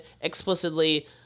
explicitly